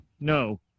no